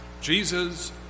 Jesus